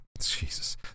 Jesus